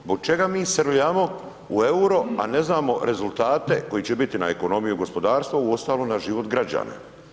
Zbog čega mi srljamo u euro, a ne znamo rezultate koji će biti na ekonomiju i gospodarstvo, uostalom na život građana?